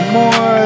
more